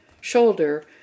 shoulder